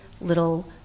little